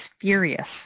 furious